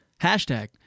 hashtag